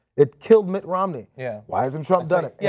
it killed mitt romney, yeah why hasn't trump done it? yeah